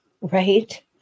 right